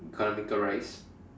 economical rice